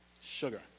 sugar